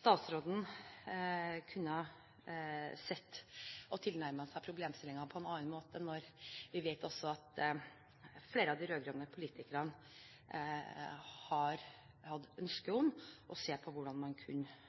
statsråden kunne sett på og nærmet seg problemstillingen på en annen måte, når vi også vet at flere av de rød-grønne politikerne har hatt et ønske om å se på hvordan man kunne